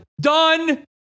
Done